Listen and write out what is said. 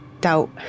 doubt